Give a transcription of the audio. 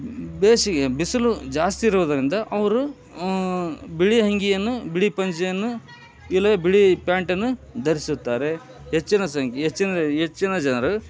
ಬೇಸಿಗೆ ಬಿಸಲು ಜಾಸ್ತಿ ಇರುದರಿಂದ ಅವರು ಬಿಳಿ ಅಂಗಿಯನ್ನು ಬಿಳಿ ಪಂಚೆಯನ್ನು ಇಲ್ಲವೆ ಬಿಳಿ ಪ್ಯಾಂಟನ್ನು ಧರಿಸುತ್ತಾರೆ ಹೆಚ್ಚಿನ ಸಂಖ್ಯೆ ಹೆಚ್ಚಿನ ಹೆಚ್ಚಿನ ಜನರು